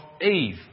Eve